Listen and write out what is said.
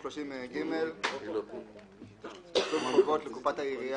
330ג. תשלום חובות לקופת העירייה.